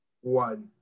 one